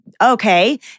Okay